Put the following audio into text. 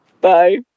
bye